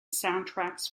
soundtracks